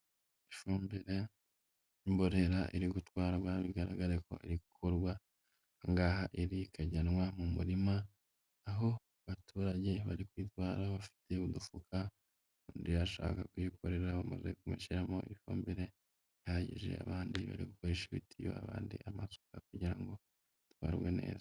Ifumbi y'imborera iri gutwarwa, bigaraga ko iri gukurwa aha ngaha iri ikajyanwa mu murima, aho abaturage bari kwiyitwara bafite udufuka, undi arashaka kuyikorera, undi amaze kumushyiriramo ifumbire ihagije, abandi bari gukoresha ibitiyo, abandi amasuka, kugira ngo itwarwe neza.